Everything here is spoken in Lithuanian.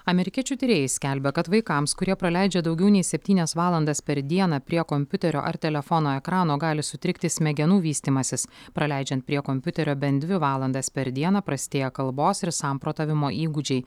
amerikiečių tyrėjai skelbia kad vaikams kurie praleidžia daugiau nei septynias valandas per dieną prie kompiuterio ar telefono ekrano gali sutrikti smegenų vystymasis praleidžiant prie kompiuterio bent dvi valandas per dieną prastėja kalbos ir samprotavimo įgūdžiai